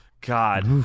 God